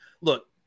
look